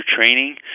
training